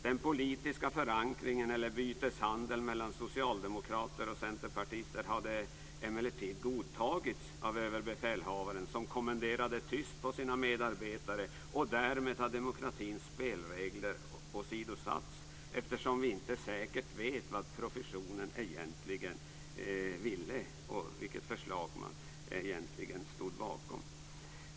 Den politiska förankringen eller byteshandeln mellan socialdemokrater och centerpartister hade emellertid godtagits av Överbefälhavaren som kommenderade tyst på sina medarbetare, och därmed har demokratins spelregler åsidosatts, eftersom vi inte säkert vet vad professionen egentligen ville och vilket förslag man egentligen stod bakom.